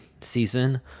season